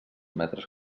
metres